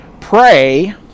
pray